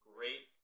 Great